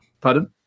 Pardon